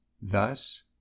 Thus